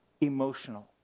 emotional